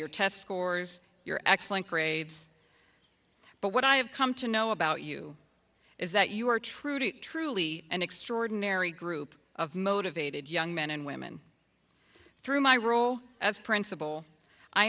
your test scores your excellent grades but what i have come to know about you is that you are truly truly an extraordinary group of motivated young men and women through my role as principal i